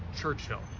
Churchill